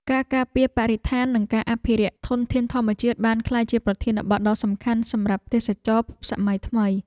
ការការពារបរិស្ថាននិងការអភិរក្សធនធានធម្មជាតិបានក្លាយជាប្រធានបទដ៏សំខាន់សម្រាប់ទេសចរណ៍សម័យថ្មី។